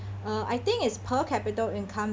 uh I think is per capita income